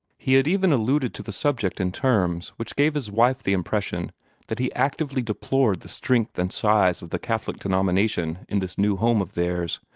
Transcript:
he had even alluded to the subject in terms which gave his wife the impression that he actively deplored the strength and size of the catholic denomination in this new home of theirs,